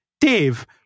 Dave